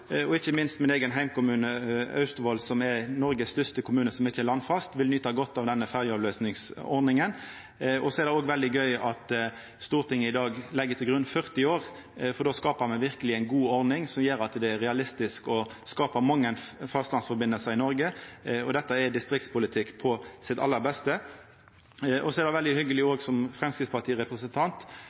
Og ikkje minst min eigen heimkommune, Austevoll, som er den største kommunen i Noreg som ikkje er landfast, vil nyta godt av denne ferjeavløysingsordninga. Det er òg veldig gøy at Stortinget i dag legg til grunn 40 år, for då skapar me verkeleg ei god ordning som gjer det realistisk å skapa mange fastlandsforbindelsar i Noreg. Dette er distriktspolitikk på sitt aller beste. Det er òg veldig hyggeleg, som